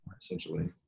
essentially